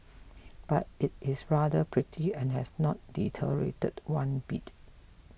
but it is rather pretty and has not deteriorated one bit